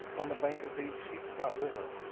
on the bank of the sheepscot river.